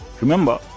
Remember